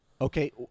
Okay